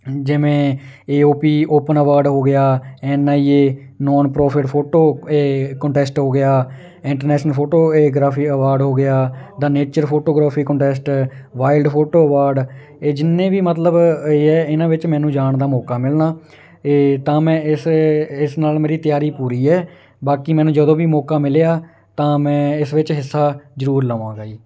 ਜਿਵੇਂ A O P open award ਹੋ ਗਿਆ N I A nonprofit photo ਇਹ ਕੋਂਟੈਸਟ ਹੋ ਗਿਆ international photography award ਹੋ ਗਿਆ the nature photography contest wild photo award ਇਹ ਜਿੰਨੇ ਵੀ ਮਤਲਬ ਇਹਨਾਂ ਵਿੱਚ ਮੈਨੂੰ ਜਾਣ ਦਾ ਮੌਕਾ ਮਿਲਣਾ ਇਹ ਤਾਂ ਮੈਂ ਇਸ ਇਸ ਨਾਲ ਮੇਰੀ ਤਿਆਰੀ ਪੂਰੀ ਹੈ ਬਾਕੀ ਮੈਨੂੰ ਜਦੋਂ ਵੀ ਮੌਕਾ ਮਿਲਿਆ ਤਾਂ ਮੈਂ ਇਸ ਵਿੱਚ ਹਿੱਸਾ ਜ਼ਰੂਰ ਲਵਾਂਗਾ ਜੀ